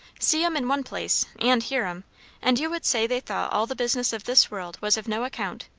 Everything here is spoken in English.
see em in one place and hear em and you would say they thought all the business of this world was of no account,